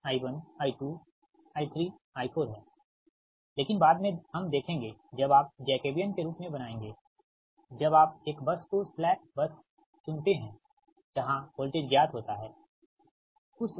जो कि I1I2I3I4 है लेकिन बाद में हम देखेंगे जब आप जैकबियन के रूप में बनाएँगे जब आप एक बस को स्लैक बस चुनते हैं जहाँ वोल्टेज ज्ञात होता है ठीक